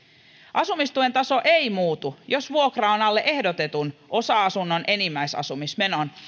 asumistuen taso ei muutu jos vuokra on alle ehdotetun osa asunnon enimmäisasumismenon